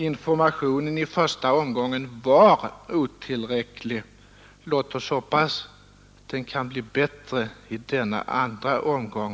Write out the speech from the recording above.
Informationen i första omgången var otillräcklig. Låt oss hoppas att den kan bli bättre i denna andra omgång.